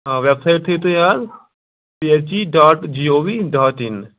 آ ویٚبسایٹ تھٲوِو تُہۍ یاد P H E dot G O V dot in